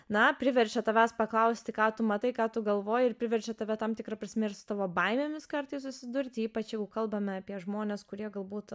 na priverčia tavęs paklausti ką tu matai ką tu galvoji ir priverčia tave tam tikra prasme ir su tavo baimėmis kartais susidurti ypač jeigu kalbame apie žmones kurie galbūt